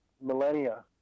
millennia